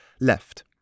left